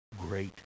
great